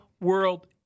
world